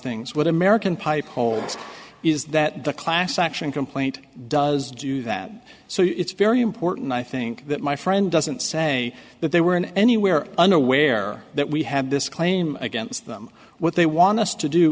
things what american pipe holds is that the class action complaint does do that so it's very important i think that my friend doesn't say that they were in anywhere unaware that we have this claim against them what they want us to do